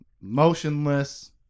motionless